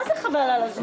מה זה חבל על הזמן?